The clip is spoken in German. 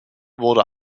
wurde